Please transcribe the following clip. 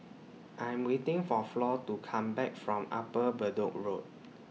I Am waiting For Flor to Come Back from Upper Bedok Road